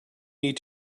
need